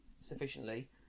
sufficiently